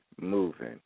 moving